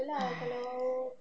!hais!